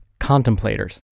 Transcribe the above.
contemplators